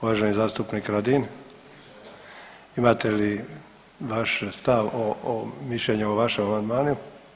Uvaženi zastupnik Radin, imate li vaš stav o, mišljenje o vašem amandmanu?